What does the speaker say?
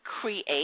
create